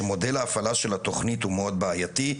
שמודל ההפעלה של התוכנית הוא מאוד בעייתי,